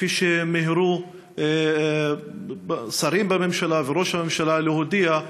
כפי שמיהרו שרים בממשלה וראש הממשלה להודיע,